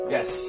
Yes